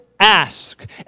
ask